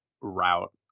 route